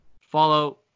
Follow